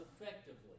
effectively